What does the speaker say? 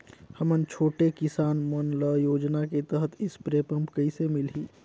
हमन छोटे किसान मन ल योजना के तहत स्प्रे पम्प कइसे मिलही?